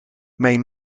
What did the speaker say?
mijn